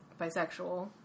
bisexual